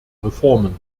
reformen